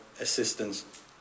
assistance